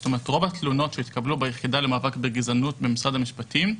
זאת אומרת רוב התלונות שהתקבלו ביחידה למאבק בגזענות במשרד המשפטים,